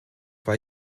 war